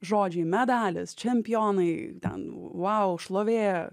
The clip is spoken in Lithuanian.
žodžiai medalis čempionai ten vau šlovė